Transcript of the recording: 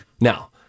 Now